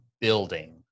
building